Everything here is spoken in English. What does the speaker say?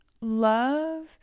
love